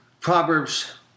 Proverbs